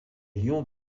lions